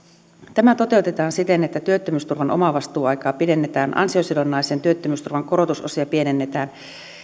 tämä toteutetaan siten että työttömyysturvan omavastuuaikaa pidennetään ansiosidonnaisen työttömyysturvan korotusosia pienennetään